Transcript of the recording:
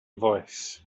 voice